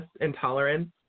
intolerance